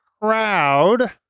crowd